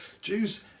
Jews